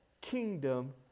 kingdom